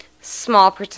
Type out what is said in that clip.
small